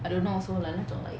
I don't know also like 那种 like